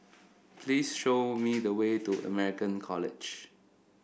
please show me the way to American College